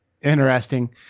interesting